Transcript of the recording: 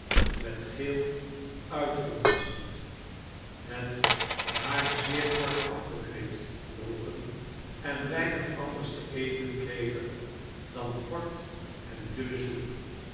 met geel uitgemonsterd het haar zeer kort afgeknipt droegen en weinig anders te eten kregen dan gort en dunne soep